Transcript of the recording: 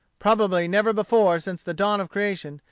probably never before, since the dawn of creation,